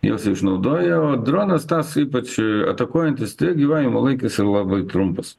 jos išnaudoja o dronas tas ypač atakuojantis tai jo gyvavimo laikas yra labai trumpas